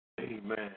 amen